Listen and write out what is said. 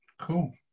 Cool